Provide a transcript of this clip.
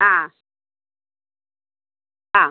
ആ ആ